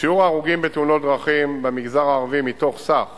שיעור ההרוגים בתאונות דרכים במגזר הערבי מתוך סך